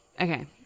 Okay